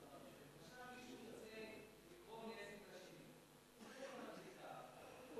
עכשיו מישהו ירצה לגרום נזק לשני, הוא